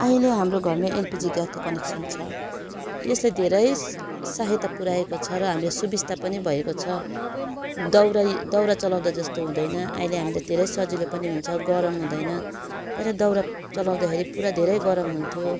अहिले हाम्रो घरमा एलपीजी ग्यासको कनेक्सन छ यसले धेरै सहायता पुऱ्याएको छ र हामीलाई सुबिस्ता पनि भएको छ दाउरा दाउरा चलाउँदा जस्तो हुँदैन अहिले हामीलाई धेरै सजिलो पनि हुन्छ गरम हुँदैन पहिला दाउरा चलाउँदाखेरि पुरा धेरै गरम हुन्थ्यो